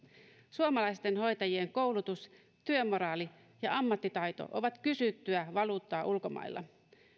suomalaisten hoitajien koulutus työmoraali ja ammattitaito ovat kysyttyä valuuttaa ulkomailla